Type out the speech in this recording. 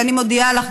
ואני מודיעה לך,